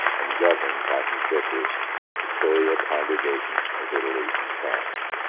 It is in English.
and governed, by his vicars, the filial congregations of italy and france.